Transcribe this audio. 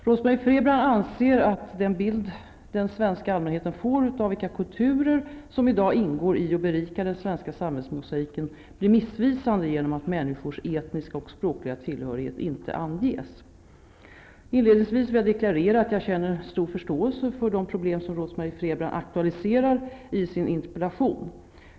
Rose Marie Frebran anser att den bild den svenska allmänheten får av vilka kulturer som i dag ingår i och berikar den svenska samhällsmosaiken blir missvisande genom att människors etniska och språkliga tillhörighet inte anges. Inledningsvis vill jag deklarera att jag känner stor förståelse för de problem som Rose-Marie Frebran aktualiserar i sin interpellation.